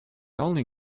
only